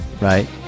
Right